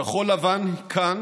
כחול לבן כאן